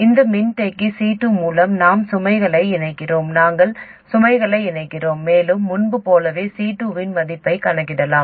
இந்த மின்தேக்கி C2 மூலம் நாம் சுமைகளை இணைக்கிறோம் நாங்கள் சுமைகளை இணைக்கிறோம் மேலும் முன்பு போலவே C2 இன் மதிப்பைக் கணக்கிடலாம்